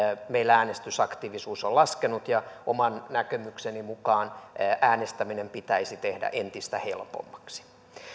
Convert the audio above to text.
meillä äänestysaktiivisuus on laskenut ja oman näkemykseni mukaan äänestäminen pitäisi tehdä entistä helpommaksi